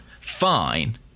fine